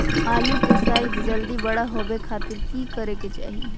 आलू के साइज जल्दी बड़ा होबे खातिर की करे के चाही?